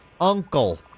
Uncle